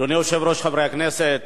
אדוני היושב-ראש, חברי הכנסת,